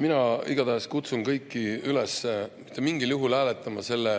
Mina igatahes kutsun kõiki üles mitte mingil juhul hääletama selle